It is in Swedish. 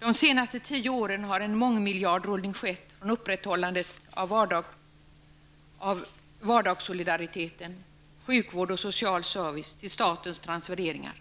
Under de senaste tio åren har en mångmiljardrullning skett från upprätthållandet av vardagssolidaritet, sjukvård och social service, till statens transfereringar.